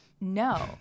No